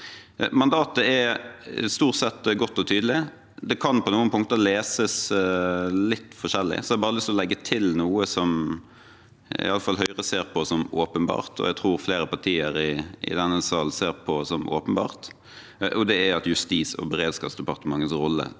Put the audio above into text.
Mandatet er stort sett godt og tydelig. Det kan på noen punkter leses litt forskjellig, så jeg har lyst til å legge til noe som iallfall Høyre ser på som åpenbart, og som jeg tror flere partier i denne sal ser på som åpenbart. Det er at Justis- og beredskapsdepartementets rolle